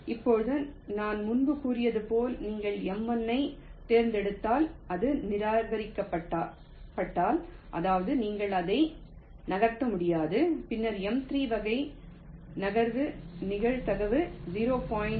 இப்போது நான் முன்பு கூறியது போல் நீங்கள் M 1 ஐத் தேர்ந்தெடுத்தால் அது நிராகரிக்கப்பட்டால் அதாவது நீங்கள் அதை நகர்த்த முடியாது பின்னர் M3 வகை நகர்வு நிகழ்தகவு 0